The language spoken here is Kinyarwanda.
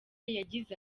yagize